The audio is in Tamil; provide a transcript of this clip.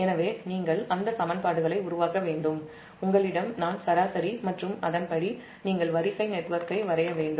எனவே நீங்கள் அந்த சமன்பாடுகளை உருவாக்க வேண்டும் உங்களிடம் நான் சராசரி மற்றும் அதன்படி நீங்கள் வரிசை நெட்வொர்க்கை வரைய வேண்டும்